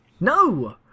No